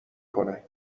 کنه